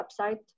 website